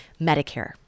Medicare